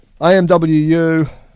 AMWU